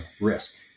risk